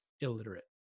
illiterate